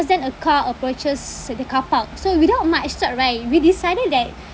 then a car approaches at the carpark so without much thought right we decided that